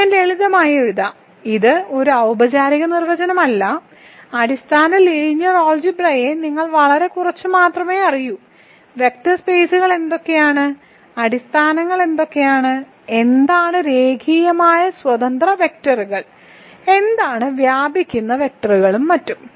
ഞാൻ ലളിതമായി എഴുതാം ഇത് ഒരു ഔപചാരിക നിർവചനമല്ല അടിസ്ഥാന ലീനിയർ ആൾജിബ്രയെ നിങ്ങൾ വളരെ കുറച്ച് മാത്രമേ അറിയൂ വെക്റ്റർ സ്പെയ്സുകൾ എന്തൊക്കെയാണ് അടിസ്ഥാനങ്ങൾ എന്തൊക്കെയാണ് എന്താണ് രേഖീയമായി സ്വതന്ത്ര വെക്റ്ററുകൾ എന്താണ് വ്യാപിക്കുന്ന വെക്ടറുകളും മറ്റും